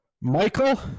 Michael